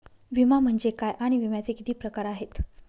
विमा म्हणजे काय आणि विम्याचे किती प्रकार आहेत?